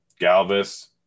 Galvis